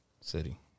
city